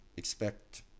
expect